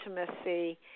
intimacy